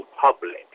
public